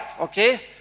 okay